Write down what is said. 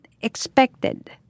expected